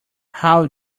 how